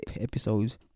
episodes